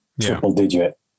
triple-digit